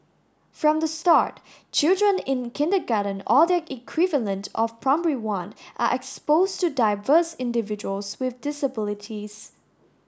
from the start children in kindergarten or their equivalent of Primary One are exposed to diverse individuals with disabilities